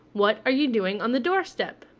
what are you doing on the doorstep?